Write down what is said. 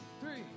three